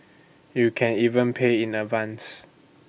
you can even pay in advance